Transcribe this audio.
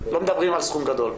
לא מדברים על סכום גדול.